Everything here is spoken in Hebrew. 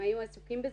והם היו עסוקים בזה,